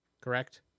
Correct